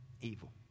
evil